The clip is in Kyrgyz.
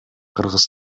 кыргыз